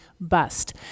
bust